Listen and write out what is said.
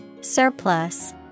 Surplus